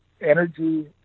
energy